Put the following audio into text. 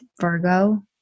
Virgo